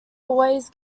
always